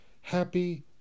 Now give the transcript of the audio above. Happy